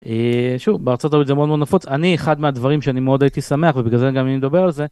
אהה.. שוב בארצות הברית זה מאוד מאוד נפוץ אני אחד מהדברים שאני מאוד הייתי שמח ובגלל זה גם אני מדבר על זה